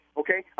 okay